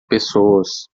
pessoas